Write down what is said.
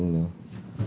I don't know lah